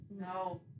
No